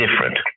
different